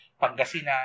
Pangasinan